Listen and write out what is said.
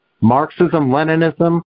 Marxism-Leninism